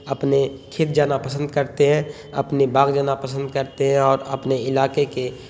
اپنے کھیت جانا پسند کرتے ہیں اپنے باغ جانا پسند کرتے ہیں اور اپنے علاقے کے